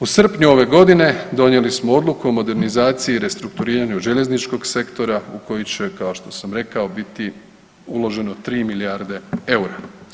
U srpnju ove godine donijeli smo odluku o modernizaciji i restrukturiranju željezničkog sektora u koji će kao što sam rekao biti uloženo tri milijarde eura.